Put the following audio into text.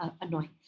annoying